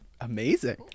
amazing